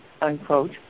unquote